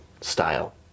style